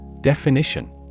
Definition